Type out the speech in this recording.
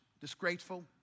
disgraceful